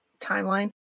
timeline